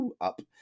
up